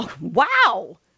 Wow